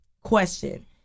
Question